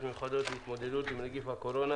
מיוחדות להתמודדות עם נגיף הקורונה